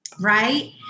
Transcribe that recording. Right